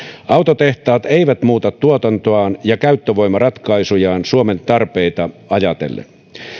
autotehtaat eivät muuta tuotantoaan ja käyttövoimaratkaisujaan suomen tarpeita ajatellen